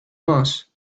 moss